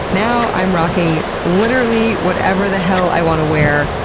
now i'm rocking literally whatever the hell i want to wear,